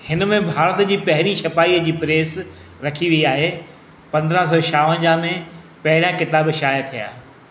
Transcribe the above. हिन में भारत जी पहिरीं छपाईअ जी प्रेस रखी वई आहे पंद्रहं सौ छावंजाह में पहिरियां किताब शाया थिया